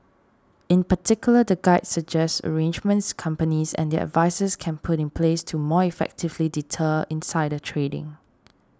in particular the guide suggests arrangements companies and their advisers can put in place to more effectively deter insider trading